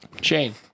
Shane